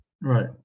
right